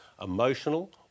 emotional